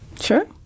Sure